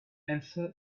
and